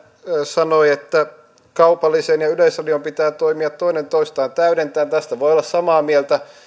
sanoi että kaupallisen ja yleisradion pitää toimia toinen toistaan täydentäen tästä voin olla samaa mieltä